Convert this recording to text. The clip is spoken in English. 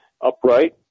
upright